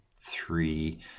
three